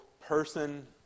person